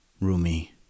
Rumi